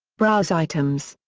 browse items.